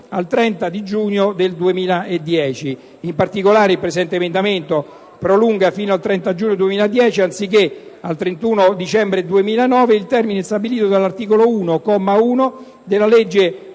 al 30 giugno del 2010. In particolare, l'emendamento 1.1 prolunga fino al 30 giugno 2010, anziché al 31 dicembre 2009, il termine stabilito dall'articolo 1, comma 1, della legge